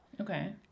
Okay